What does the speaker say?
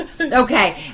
Okay